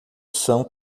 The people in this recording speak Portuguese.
são